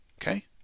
Okay